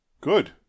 Good